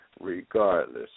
regardless